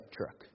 truck